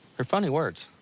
they're funny words.